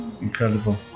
Incredible